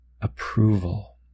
approval